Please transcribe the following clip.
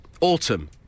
autumn